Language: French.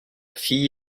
fille